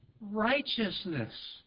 righteousness